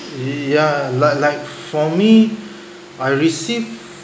yeah like like for me I received